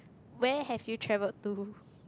where have you travelled to